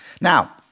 Now